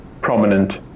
prominent